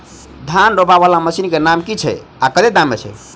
धान रोपा वला मशीन केँ नाम की छैय आ कतेक दाम छैय?